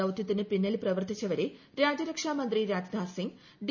ദൌത്യത്തിന് പിന്നിൽ പ്രവർത്തിച്ചവരെ രാജ്യരക്ഷാമന്ത്രി രാജ്നാഥ് സിംഗ് ഡി